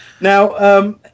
Now